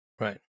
Right